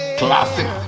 classic